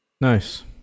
nice